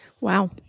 Wow